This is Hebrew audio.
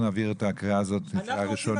נעביר את ההצעה הזאת בקריאה ראשונה ובין